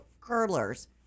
curlers